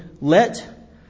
let